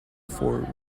four